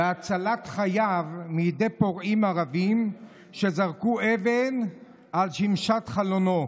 הצלת חייו מידי פורעים ערבים שזרקו אבן על שמשת חלונו.